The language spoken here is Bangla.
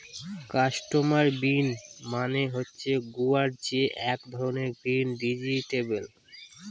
ক্লাস্টার বিন মানে হচ্ছে গুয়ার যে এক ধরনের গ্রিন ভেজিটেবল